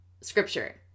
scripture